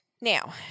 now